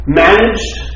managed